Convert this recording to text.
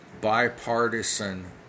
bipartisan